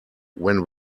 when